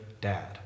dad